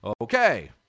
okay